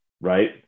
right